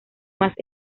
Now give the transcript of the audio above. más